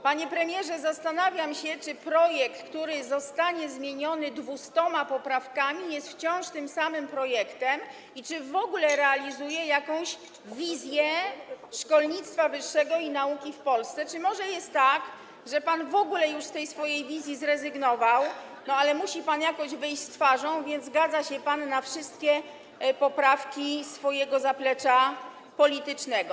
Panie premierze, zastanawiam się, czy projekt, który zostanie zmieniony 200 poprawkami, jest wciąż tym samym projektem i czy w ogóle realizuje jakąś wizję szkolnictwa wyższego i nauki w Polsce, czy może jest tak, że pan w ogóle już z tej swojej wizji zrezygnował, ale musi pan jakoś wyjść z tego z twarzą, więc zgadza się pan na wszystkie poprawki swojego zaplecza politycznego.